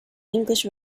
english